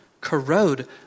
corrode